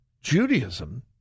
Judaism